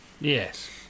Yes